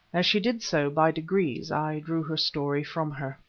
as she did so by degrees i drew her story from her.